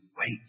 wait